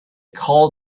called